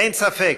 אין ספק,